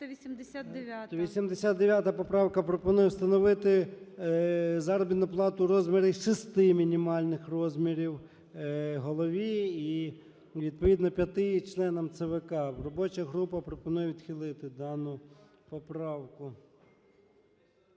389 поправка пропонує встановити заробітну плату в розмірі шести мінімальних розмірів голові і відповідно п'яти членам ЦВК. Робоча група пропонує відхилити дану поправку.